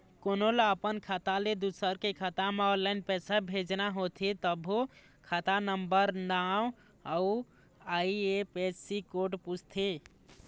कोनो ल अपन खाता ले दूसर के खाता म ऑनलाईन पइसा भेजना होथे तभो खाता नंबर, नांव अउ आई.एफ.एस.सी कोड पूछथे